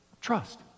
trust